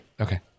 Okay